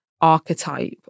archetype